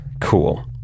Cool